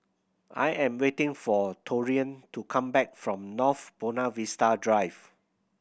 I am waiting for Taurean to come back from North Buona Vista Drive